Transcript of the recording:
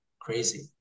crazy